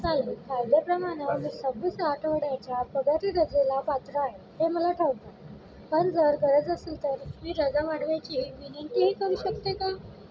चालेल कायद्याप्रमाणं मी सव्वीस आठवड्याच्या पगारी रजेला पात्र आहे हे मला ठाऊक आहे पण जर गरज असेल तर मी रजा वाढवायची विनंतीही करू शकते का